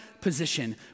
position